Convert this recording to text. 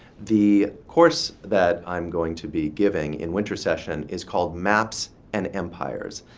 the course that i'm going to be giving in wintersession is called maps and empires,